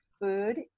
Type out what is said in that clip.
food